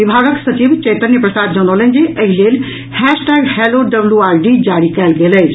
विभागक सचिव चैतन्य प्रसाद जनौलनि जे एहि लेल हैशटैग हैलो डब्ल्यूआरडी जारी कयल गेल अछि